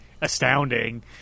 astounding